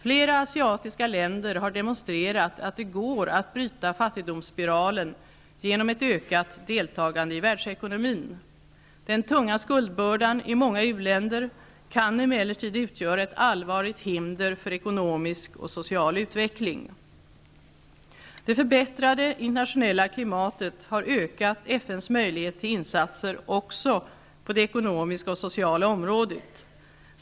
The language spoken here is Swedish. Flera asiatiska länder har demonstrerat att det går att bryta fattigdomsspiralen genom ett ökat deltagande i världsekonomin. Den tunga skuldbördan i många u-länder kan emellertid utgöra ett allvarligt hinder för ekonomisk och social utveckling. Det förbättrade internationella klimatet har ökat FN:s möjligheter till insatser också på det ekonomiska och sociala området.